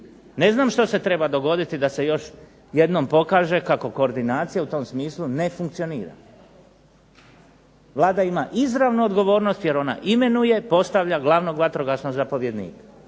Ne znam što se treba dogoditi da se još jednom pokaže kako koordinacija u tom smislu ne funkcionira. Vlada ima izravnu odgovornost jer ona imenuje, postavlja glavnog vatrogasnog zapovjednika.